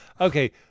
Okay